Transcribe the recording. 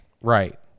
Right